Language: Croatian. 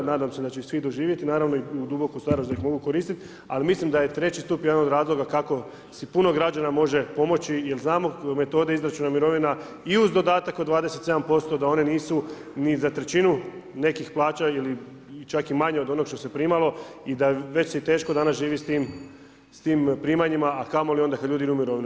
Nadam se da će ju svi doživjeti i naravnu da duboku starost, da ih mogu koristiti, ali mislim da je 3 stup jedan od razloga, kako si puno građana može pomoći, jer znamo metode izračuna mirovina i uz dodatak od 27% da one nisu ni za trećinu nekih plaća ili čak i manje od onog što se primalo i da već se i teško danas živi s tim primanjima, a kamo li onda kada ljudi idu u mirovine.